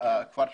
הכפר שלי.